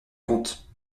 compte